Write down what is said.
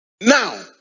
Now